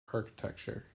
architecture